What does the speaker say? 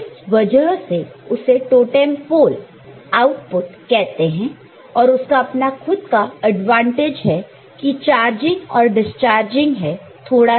और इस वजह से उसे टोटेंम पोल आउटपुट कहते हैं और उसका अपना खुद का एडवांटेज है की चार्जिंग और डिसचार्जिंग है थोड़ा सा फास्ट है